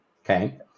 Okay